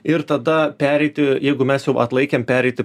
ir tada pereiti jeigu mes jau atlaikėm pereiti